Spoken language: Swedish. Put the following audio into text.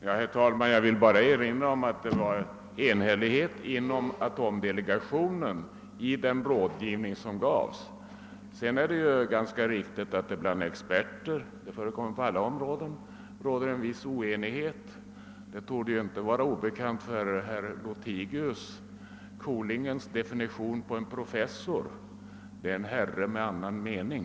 Herr talman! Jag vill bara erinra om att atomdelegationen enhälligt stod bakom de råd som gavs. Det är emellertid riktigt att det kan råda oenighet bland experter på alla områden. Kolingens definition på en professor torde inte vara obekant för herr Lothigius: Det är en herre med annan mening.